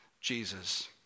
Jesus